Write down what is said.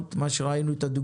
ואם אתם עכשיו